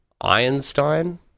Einstein